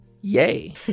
Yay